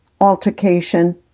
altercation